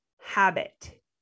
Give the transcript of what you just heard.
habit